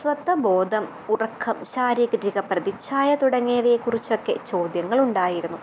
സ്വത്വബോധം ഉറക്കം ശാരീരിക പ്രതിഛായ തുടങ്ങിയവയെ കുറിച്ചൊക്കെ ചോദ്യങ്ങളുണ്ടായിരുന്നു